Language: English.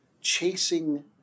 chasing